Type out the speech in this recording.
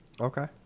Okay